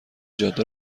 جاده